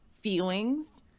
feelings